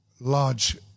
large